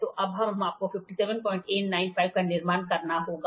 तो अब आपको 57895 का निर्माण करना होगा